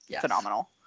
phenomenal